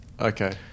okay